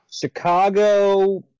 Chicago